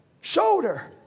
Shoulder